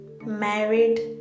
married